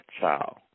child